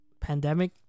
pandemic